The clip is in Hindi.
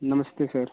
नमस्ते सर